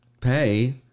pay